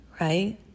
Right